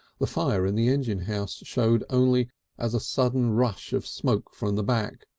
the fire in the engine house showed only as a sudden rush of smoke from the back,